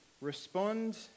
Respond